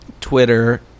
Twitter